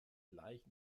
leicht